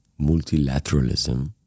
multilateralism